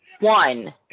One